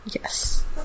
Yes